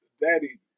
Daddy